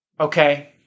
Okay